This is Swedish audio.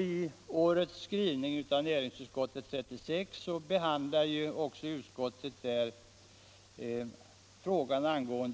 I näringsutskottets betänkande nr 36 i år behandlar utskottet också frågan om